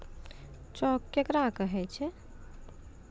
Cheque केकरा कहै छै?